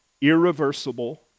irreversible